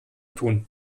tun